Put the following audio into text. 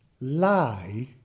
lie